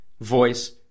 Voice